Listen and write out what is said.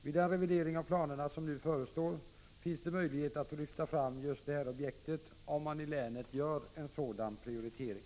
Vid den revidering av planerna som nu förestår finns det möjlighet att lyfta fram just det här objektet om man i länet gör en sådan prioritering.